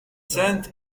cents